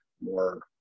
more